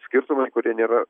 skirtumai kurie nėra